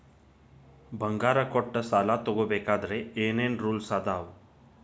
ಬಂಗಾರ ಕೊಟ್ಟ ಸಾಲ ತಗೋಬೇಕಾದ್ರೆ ಏನ್ ಏನ್ ರೂಲ್ಸ್ ಅದಾವು?